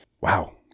Wow